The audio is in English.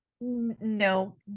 no